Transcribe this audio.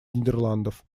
нидерландов